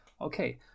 okay